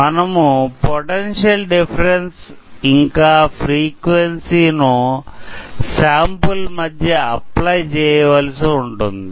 మనము potential difference ఇంకా frequency ను శాంపిల్ మధ్య అప్లై చేయ వలసి ఉంటుంది